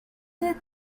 did